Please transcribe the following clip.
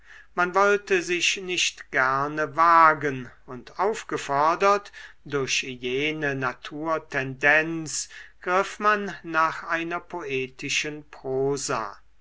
man wollte sich nicht gerne wagen und aufgefordert durch jene naturtendenz griff man nach einer poetischen prosa